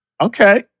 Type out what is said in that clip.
Okay